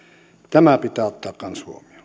tämä pitää ottaa kanssa huomioon